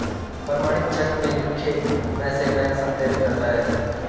प्रमाणित चेक में लिखे पैसे बैंक सत्यापित करता है